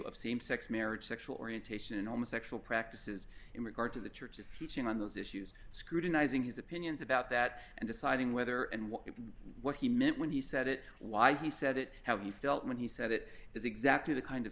of same sex marriage sexual orientation and almost sexual practices in regard to the church's teaching on those issues scrutinizing his opinions about that and deciding whether and what if what he meant when he said it why he said it how he felt when he said it is exactly the kind of